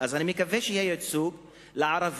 אז אני מקווה שיהיה ייצוג לערבים,